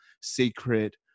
secret